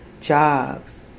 jobs